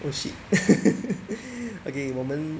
oh shit okay 我们